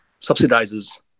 subsidizes